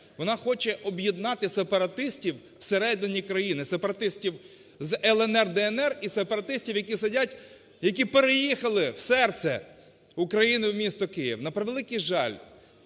Вона хоче об'єднати сепаратистів всередині країни. Сепаратистів з "ЛНР", "ДНР" і сепаратистів, які сидять, які переїхали в серце України – в місто Київ. На превеликий жаль,